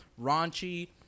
raunchy